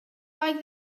like